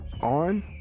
on